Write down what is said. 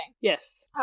Yes